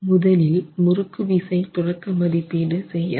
முதலில் முறுக்கு விசை தொடக்க மதிப்பீடு செய்யலாம்